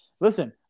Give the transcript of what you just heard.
listen